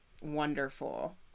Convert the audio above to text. wonderful